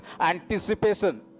anticipation